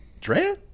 Drea